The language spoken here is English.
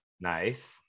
Nice